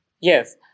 Yes